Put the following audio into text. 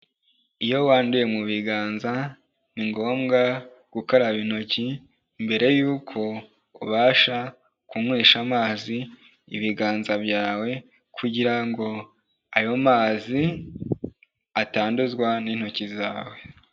Iyo wanduye mu biganza, ni ngombwa gukaraba intoki mbere yuko ubasha kunywesha amazi ibiganza byawe kugira ngo ayo mazi atanduzwa n'intoki zawe.